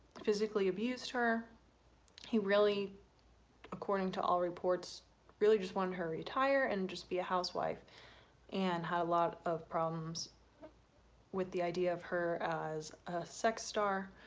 physically abused her he really according to all reports really just wanted her retire and just be a housewife and had a lot of problems with the idea of her as a sex star